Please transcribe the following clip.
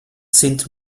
sind